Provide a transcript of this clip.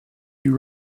you